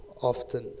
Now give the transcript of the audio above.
often